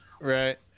Right